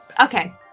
Okay